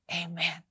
amen